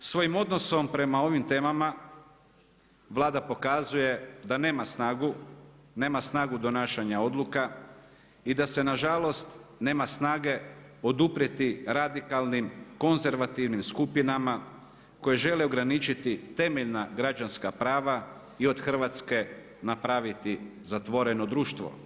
Svojim odnosom prema ovim temama Vlada pokazuje da nema snagu, nema snagu donašanja odluka i da se na žalost nema snage oduprijeti radikalnim konzervativnim skupinama koje žele ograničiti temeljna građanska prava i od Hrvatske napraviti zatvoreno društvo.